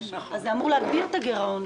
אז זה אמור להגביר את הגירעון,